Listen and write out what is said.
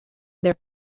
their